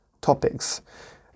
topics